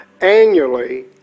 annually